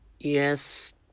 yes